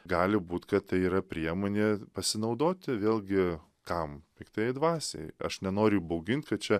gali būt kad tai yra priemonė pasinaudoti vėlgi kam piktąjai dvasiai aš nenoriu įbaugint kad čia